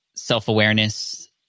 self-awareness